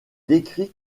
décrit